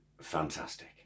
fantastic